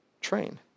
Train